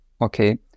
Okay